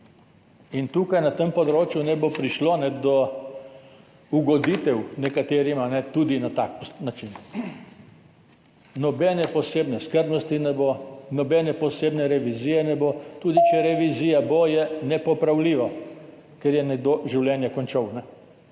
hočejo, na tem področju bo prišlo do ugoditev nekaterim tudi na tak način. Nobene posebne skrbnosti ne bo, nobene posebne revizije ne bo, tudi če bo revizija, je nepopravljiva, ker je nekdo končal